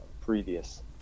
previous